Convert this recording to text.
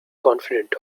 confident